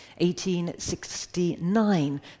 1869